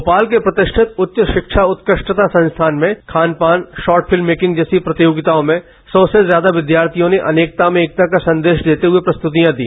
भोपाल के प्रतिष्ठित उच्च शिक्षा उत्कष्टता संस्थान में खानपान शार्ट फिल्म मेकिंग जैसी प्रतियोगिताओं में सौ से ज्यादा विद्यार्थियों ने अनेकता में एकता का सन्देश देते हए प्रस्ततियां दी